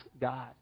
God